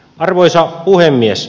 arvoisa puhemies